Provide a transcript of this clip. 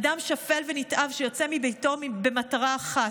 אדם שפל ונתעב שיוצא מביתו במטרה אחת,